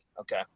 okay